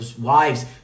wives